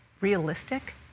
realistic